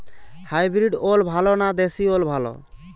Hybrid ওল ভালো না দেশী ওল ভাল?